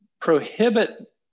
prohibit